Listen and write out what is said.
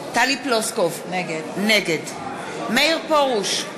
טלי פלוסקוב, נגד מאיר פרוש,